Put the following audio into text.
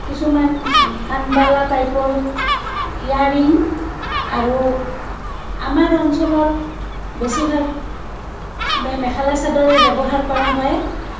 কিছুমান কাণবালা টাইপৰ ইয়াৰিং আৰু আমাৰ অঞ্চলত বেছিভাগ মে মেখেলা চাদৰেই ব্যৱহাৰ কৰা হয়